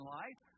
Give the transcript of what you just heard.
life